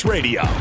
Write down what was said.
Radio